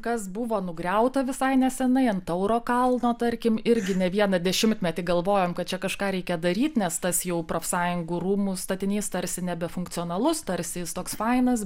kas buvo nugriauta visai neseniai ant tauro kalno tarkim irgi ne vieną dešimtmetį galvojom kad čia kažką reikia daryti nes tas jau profsąjungų rūmų statinys tarsi nebefunkcionalus tarsi jis toks fainas